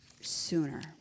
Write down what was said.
sooner